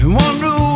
wonder